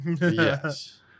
Yes